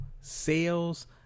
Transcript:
sales